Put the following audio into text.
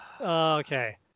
Okay